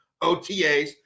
OTAs